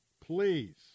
please